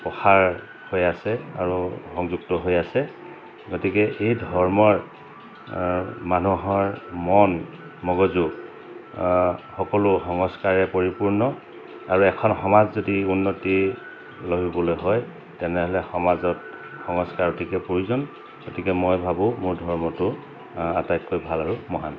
প্ৰসাৰ হৈ আছে আৰু সংযুক্ত হৈ আছে গতিকে এই ধৰ্মৰ মানুহৰ মন মগজু সকলো সংস্কাৰেৰে পৰিপূৰ্ণ আৰু এখন সমাজ যদি উন্নতি লভিবলৈ হয় তেনেহ'লে সমাজত সংস্কাৰ অতিকৈ প্ৰয়োজন গতিকে মই ভাবোঁ মোৰ ধৰ্মটো আটাইতকৈ ভাল আৰু মহান